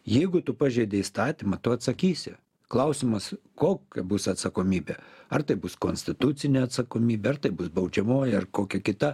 jeigu tu pažeidi įstatymą tu atsakysi klausimas kokia bus atsakomybė ar tai bus konstitucinė atsakomybė ar tai bus baudžiamoji ar kokia kita